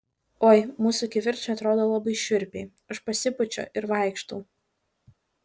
oi mūsų kivirčai atrodo labai šiurpiai aš pasipučiu ir vaikštau